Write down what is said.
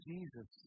Jesus